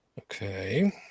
Okay